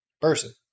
person